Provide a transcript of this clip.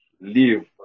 live